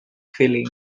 filling